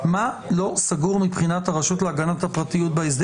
מה לא סגור מבחינת הרשות להגנת הפרטיות בהסדר.